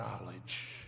knowledge